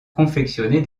confectionner